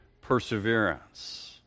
perseverance